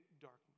darkness